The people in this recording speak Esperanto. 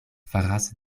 faras